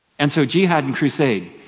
and so jihad and crusade,